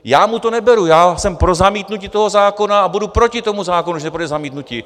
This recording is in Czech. Já mu to neberu, já jsem pro zamítnutí toho zákona a budu proti tomu zákonu, že bude zamítnutí.